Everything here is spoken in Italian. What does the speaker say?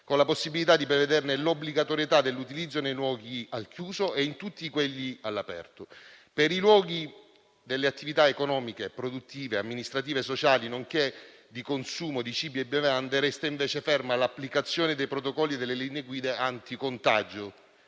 con la possibilità di prevederne l'obbligatorietà dell'utilizzo nei luoghi al chiuso e in tutti quelli all'aperto; per i luoghi delle attività economiche, produttive, amministrative e sociali, nonché di consumo di cibi e bevande resta invece ferma l'applicazione dei protocolli e linee guida anticontagio.